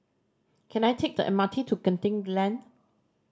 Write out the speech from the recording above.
can I take the M R T to Genting Lane